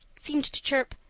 seemed to chirp,